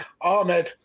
ahmed